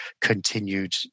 continued